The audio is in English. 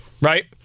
Right